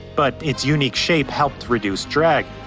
but it's unique shape helped reduce drag.